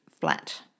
flat